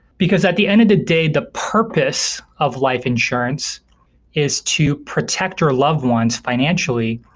because at the end of the day, the purpose of life insurance is to protect your loved ones financially,